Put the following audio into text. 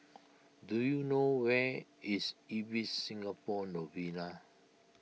do you know where is Ibis Singapore Novena